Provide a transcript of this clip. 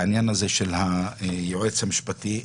בעניין הזה של היועץ המשפטי,